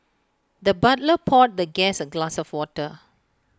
the butler poured the guest A glass of water